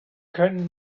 können